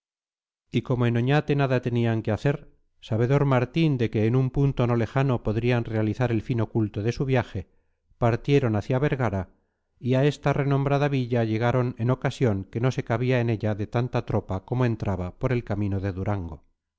y como en oñate nada tenían que hacer sabedor martín de que en un punto no lejano podrían realizar el fin oculto de su viaje partieron hacia vergara y a esta renombrada villa llegaron en ocasión que no se cabía en ella de tanta tropa como entraba por el camino de durango